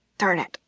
darn it!